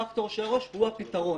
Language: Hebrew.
פקטור שורש הוא הפתרון.